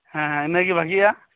ᱦᱮᱸ ᱦᱮᱸ ᱤᱱᱟᱹᱜᱤ ᱵᱷᱟᱜᱤᱜ ᱟ